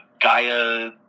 Gaia